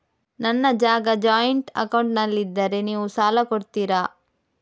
ನನ್ನ ಜಾಗ ಜಾಯಿಂಟ್ ಅಕೌಂಟ್ನಲ್ಲಿದ್ದರೆ ನೀವು ಸಾಲ ಕೊಡ್ತೀರಾ?